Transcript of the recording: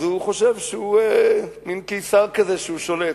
הוא חושב שהוא מין קיסר כזה, שהוא שולט.